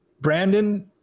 Brandon